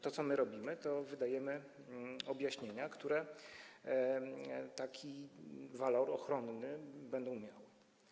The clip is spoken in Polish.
To, co my robimy, to wydawanie objaśnień, które taki walor ochronny będą miały.